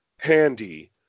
handy